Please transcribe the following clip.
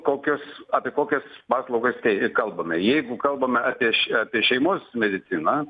kokios apie kokias paslaugas kalbame jeigu kalbame apie apie šeimos mediciną